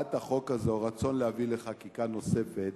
בהצעת החוק הזאת רצון להביא לחקיקה נוספת,